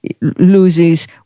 loses